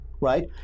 right